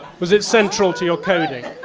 was it central to your coding?